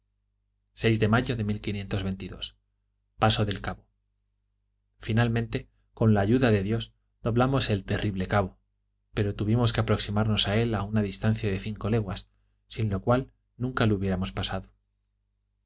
de paso del cabo final mente con la ayuda de dios doblamos el terrible cabo pero tuvimos que aproximarnos a él a una distancia de cinco leguas sin lo cual nunca le hubiéramos pasado